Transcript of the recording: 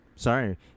Sorry